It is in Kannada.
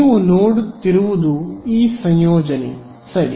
ನೀವು ಸರಿಯಾದ ಸಂಯೋಜನೆ ನೋಡುತ್ತಿದ್ದೀರಿ